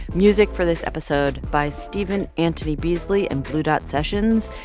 music for this episode by stephen antony beasley and blue dot sessions.